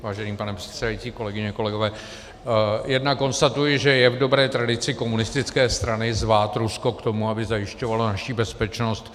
Vážený pane předsedající, kolegyně a kolegové, jednak konstatuji, že je v dobré tradici komunistické strany zvát Rusko k tomu, aby zajišťovalo naši bezpečnost.